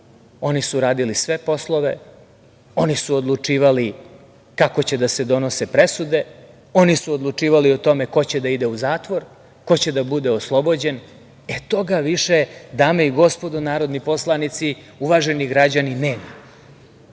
su radili sve poslove, oni su odlučivali kako će da se donose presude, oni su odlučivali o tome ko će da ide u zatvor, ko će da bude oslobođen. E, toga više, dame i gospodo narodni poslanici, uvaženi građani nema.